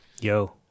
yo